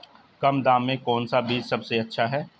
कम दाम में कौन सा बीज सबसे अच्छा है?